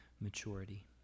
maturity